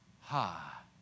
Ha